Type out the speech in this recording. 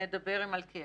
אני אדבר עם מלכיאלי.